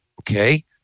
okay